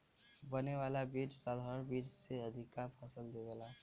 बने वाला बीज साधारण बीज से अधिका फसल देवेला